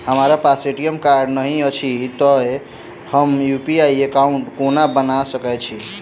हमरा पास ATM card नहि अछि तए हम यु.पी.आई एकॉउन्ट कोना बना सकैत छी